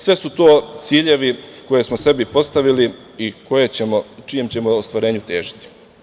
Sve su to ciljevi koje smo sebi postavili i čijem ćemo ostvarenju težiti.